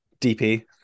DP